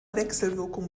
wechselwirkung